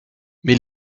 mais